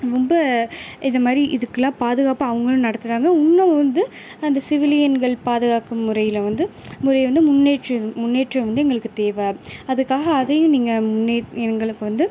ரொம்ப இது மாதிரி இதுக்கெல்லாம் பாதுகாப்பு அவங்களும் நடத்துகிறாங்க இன்னும் வந்து அந்த சிவிலியன்கள் பாதுகாக்கும் முறையில் வந்து ஒரு வந்து முன்னேற்றம் முன்னேற்றம் வந்து எங்களுக்கு தேவை அதற்காக அதையும் நீங்கள் எங்களுக்கு வந்து